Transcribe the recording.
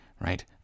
right